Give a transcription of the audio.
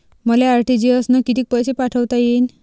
मले आर.टी.जी.एस न कितीक पैसे पाठवता येईन?